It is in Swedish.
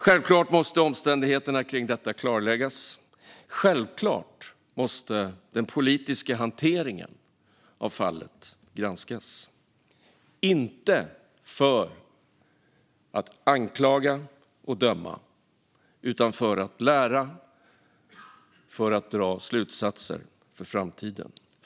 Självklart måste omständigheterna kring detta klarläggas, och självklart måste den politiska hanteringen av fallet granskas - inte för att anklaga och döma utan för att lära och dra slutsatser för framtiden.